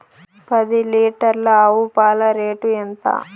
పది లీటర్ల ఆవు పాల రేటు ఎంత?